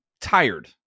tired